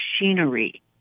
machinery